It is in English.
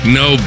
no